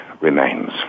remains